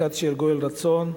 הכת של גואל רצון,